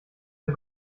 wir